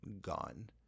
gone